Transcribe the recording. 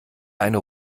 eine